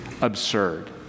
absurd